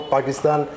Pakistan